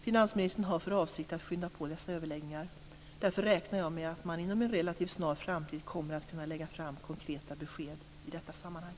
Finansministern har för avsikt att skynda på dessa överläggningar. Därför räknar jag med att man inom en relativt snar framtid kommer att kunna lägga fram konkreta besked i detta sammanhang.